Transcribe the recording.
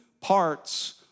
parts